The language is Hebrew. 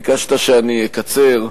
ביקשת שאני אקצר,